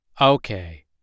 Okay